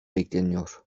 bekleniyor